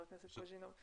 חבר הכנסת קוז'ינוב.